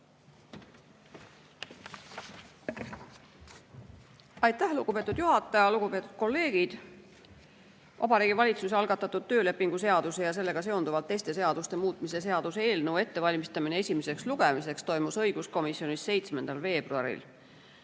Aitäh, lugupeetud juhataja! Lugupeetud kolleegid! Vabariigi Valitsuse algatatud töölepingu seaduse ja sellega seonduvalt teiste seaduste muutmise seaduse eelnõu ettevalmistamine esimeseks lugemiseks toimus õiguskomisjonis 7. veebruaril.